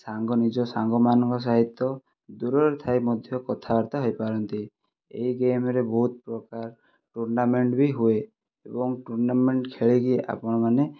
ସାଙ୍ଗ ନିଜ ସାଙ୍ଗମାନଙ୍କ ସହିତ ଦୂରରେ ଥାଇ ମଧ୍ୟ କଥାବାର୍ତ୍ତା ହୋଇପାରନ୍ତି ଏହି ଗେମ୍ରେ ବହୁତ ପ୍ରକାର ଟୁର୍ଣ୍ଣାମେଣ୍ଟ ବି ହୁଏ ଏବଂ ଟୁର୍ଣ୍ଣାମେଣ୍ଟ ଖେଳିକି ଆପଣମାନେ